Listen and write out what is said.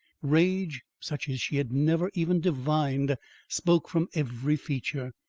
rage, such as she had never even divined spoke from every feature.